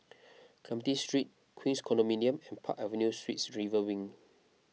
Clementi Street Queens Condominium and Park Avenue Suites River Wing